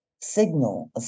signal